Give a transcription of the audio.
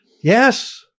yes